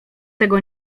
tego